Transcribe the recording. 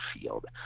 field